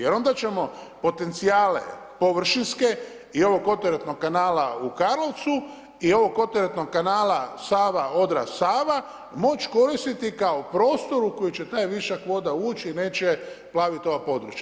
Jer onda ćemo potencijale površinske i ovog odteretnog kanala u Karlovcu i ovog odteretnog kanala Sava-Odra-Sava moć koristiti kao prostor u koji će taj višak vode ući i neće plaviti ova područja.